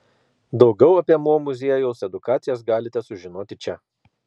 daugiau apie mo muziejaus edukacijas galite sužinoti čia